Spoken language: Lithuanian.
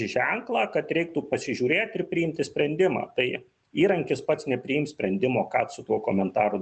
ženklą kad reiktų pasižiūrėt ir priimti sprendimą tai įrankis pats nepriims sprendimo ką su tuo komentaru